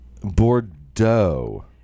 Bordeaux